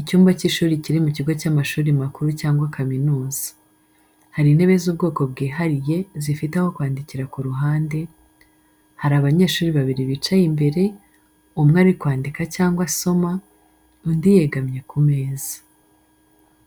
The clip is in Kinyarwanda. Icyumba cy’ishuri kiri mu kigo cy’amashuri makuru cyangwa kaminuza. hari intebe z’ubwoko bwihariye, zifite aho kwandikira ku ruhande hari abanyeshuri babiri bicaye imbere, umwe ari kwandika cyangwa asoma, undi yegamye ku meza.